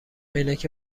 عینک